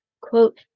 quote